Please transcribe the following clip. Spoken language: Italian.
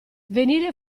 venire